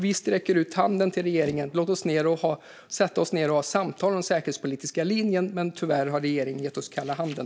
Vi sträcker ut handen till regeringen och säger: Låt oss sitta ned och ha ett samtal om den säkerhetspolitiska linjen! Tyvärr har regeringen gett oss kalla handen.